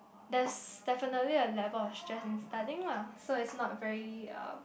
there's definitely a level of stress in studying lah so it's not very um